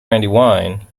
brandywine